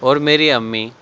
اور میری امی